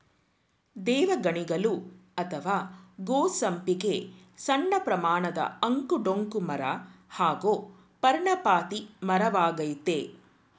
ದೇವಗಣಿಗಲು ಅತ್ವ ಗೋ ಸಂಪಿಗೆ ಸಣ್ಣಪ್ರಮಾಣದ ಅಂಕು ಡೊಂಕು ಮರ ಹಾಗೂ ಪರ್ಣಪಾತಿ ಮರವಾಗಯ್ತೆ